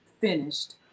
finished